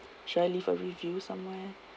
should I leave a review somewhere